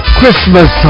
Christmas